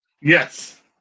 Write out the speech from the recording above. Yes